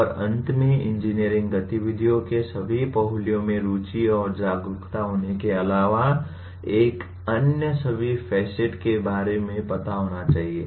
और अंत में इंजीनियरिंग गतिविधियों के सभी पहलुओं में रुचि और जागरूकता होने के अलावा एक को अन्य सभी फैसिट के बारे में पता होना चाहिए